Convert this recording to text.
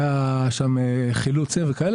היו שם חילוצים וכו'.